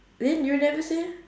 then you never say